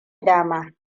dama